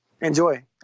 enjoy